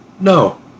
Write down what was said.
No